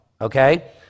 okay